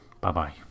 Bye-bye